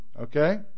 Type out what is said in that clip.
Okay